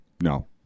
No